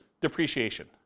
depreciation